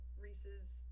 Reese's